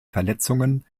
verletzungen